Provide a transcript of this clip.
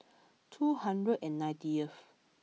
two hundred and ninetieth